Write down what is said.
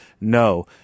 No